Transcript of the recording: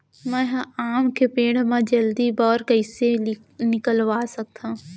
मैं ह आम के पेड़ मा जलदी बौर कइसे निकलवा सकथो?